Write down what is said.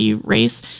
race